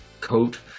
coat